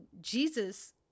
Jesus